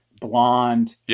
blonde